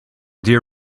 dear